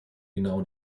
genauen